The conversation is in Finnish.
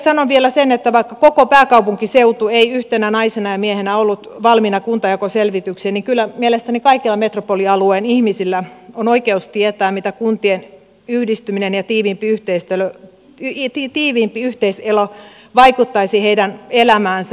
sanon vielä sen että vaikka koko pääkaupunkiseutu ei yhtenä naisena ja miehenä ollut valmiina kuntajakoselvityksiin niin kyllä mielestäni kaikilla metropolialueen ihmisillä on oikeus tietää miten kuntien yhdistyminen ja tiiviimpi yhteiselo vaikuttaisi heidän elämäänsä